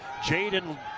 Jaden